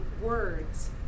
words